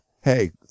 hey